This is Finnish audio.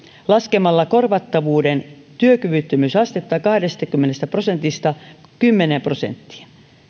laskemalla korvattavuuden työkyvyttömyysastetta kahdestakymmenestä prosentista kymmeneen prosenttiin